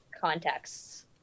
contexts